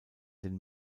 den